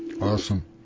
Awesome